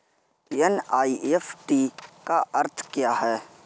NEFT का अर्थ क्या है?